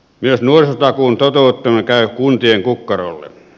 myös nuorisotakuun toteuttaminen käy kuntien kukkarolle